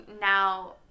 now